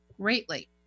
greatly